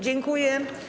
Dziękuję.